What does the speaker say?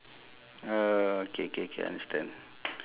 orh K K K I understand